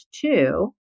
two